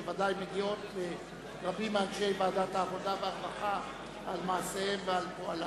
שבוודאי מגיעות לרבים מאנשי ועדת העבודה והרווחה על מעשיהם ועל פועלם.